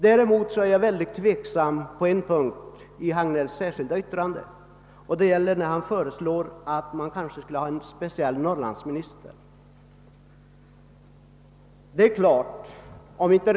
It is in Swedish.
Däremot är jag mycket tveksam inför en punkt i herr Hagnells särskilda yttrande, nämligen det avsnitt där han föreslår att en speciell norrlandsminister eventuellt skall tillsättas.